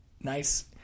nice